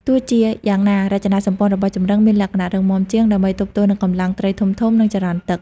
ទោះជាយ៉ាងណា រចនាសម្ព័ន្ធរបស់ចម្រឹងមានលក្ខណៈរឹងមាំជាង ដើម្បីទប់ទល់នឹងកម្លាំងត្រីធំៗ និងចរន្តទឹក។